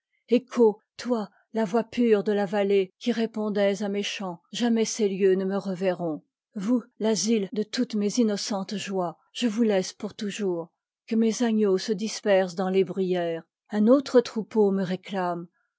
écho toi la voix pure de la vallée qui répondais à mes chants jamais ces lieux né me re verront vous l'asile de toutes mes innocentes joies je vous laisse pour toujours que mes agneaux se dispersent dans les bruyères un autre troupeau me réclame